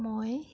মই